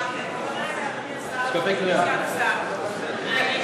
אנחנו נשמח לעזור לך, אדוני סגן השר.